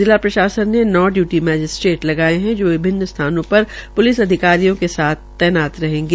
जिला प्रशासन ने नौ डयूटी मैजिस्ट्रेट भी लगाये है जो विभिन्न स्थानों पर प्लिस अधिकारियों के साथ तैनात रहेंगे